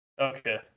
okay